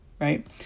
right